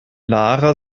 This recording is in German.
lara